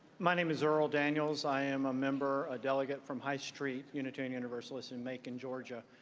my name is earl daniels. i am a member, a delegate from high street unitarian universalist in macon, georgia.